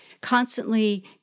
constantly